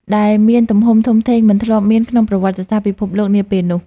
ដែលមានទំហំធំធេងមិនធ្លាប់មានក្នុងប្រវត្តិសាស្ត្រពិភពលោកនាពេលនោះ។